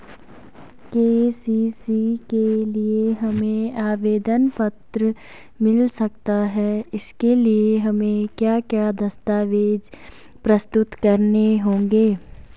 KCC के लिए हमें आवेदन पत्र मिल सकता है इसके लिए हमें क्या क्या दस्तावेज़ प्रस्तुत करने होंगे?